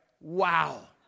Wow